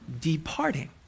Departing